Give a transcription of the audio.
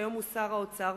שהיום הוא שר האוצר.